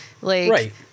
Right